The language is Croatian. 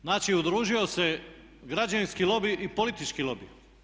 Znači, udružio se građevinski lobij i politički lobij.